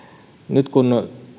nyt kun